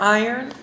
iron